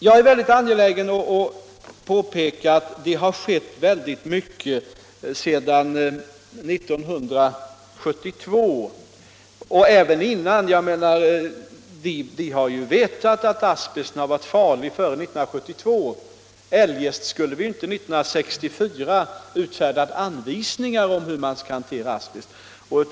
Jag är angelägen om att påpeka att mycket har skett sedan 1972 och även innan dess. Vi har ju vetat om asbestens farlighet redan före 1972; eljest skulle vi inte år 1964 ha utfärdat anvisningar om hur man skall hantera asbesten.